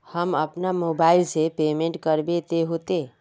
हम अपना मोबाईल से पेमेंट करबे ते होते?